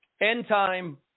end-time